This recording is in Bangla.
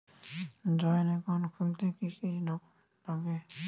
জয়েন্ট একাউন্ট খুলতে কি কি ডকুমেন্টস লাগবে?